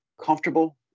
comfortable